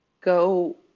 go